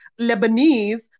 Lebanese